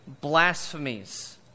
blasphemies